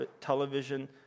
television